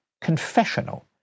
confessional